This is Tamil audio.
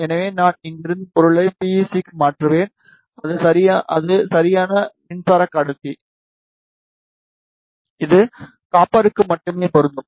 எனவே நான் இங்கிருந்து பொருளை பி ஈ சி க்கு மாற்றுவேன் அது சரியான மின்சார கடத்தி இது காப்பர்க்கு மட்டுமே பொருந்தும்